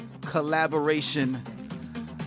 collaboration